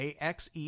AXE